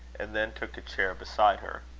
and then took a chair beside her.